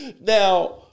Now